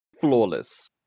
flawless